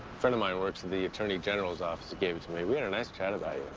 friend of mine who works at the attorney general's office gave it to me, we had a nice chat about you.